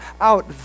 out